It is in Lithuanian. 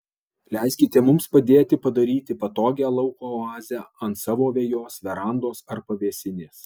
leiskite mums padėti padaryti patogią lauko oazę ant savo vejos verandos ar pavėsinės